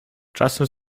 czasem